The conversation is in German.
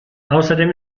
außerdem